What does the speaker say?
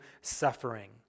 suffering